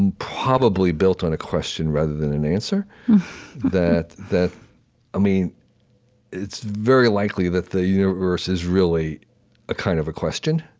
and probably built on a question, rather than an answer that that it's very likely that the universe is really a kind of a question,